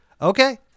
Okay